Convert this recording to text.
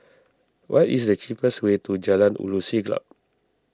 what is the cheapest way to Jalan Ulu Siglap